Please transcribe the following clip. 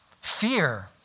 Fear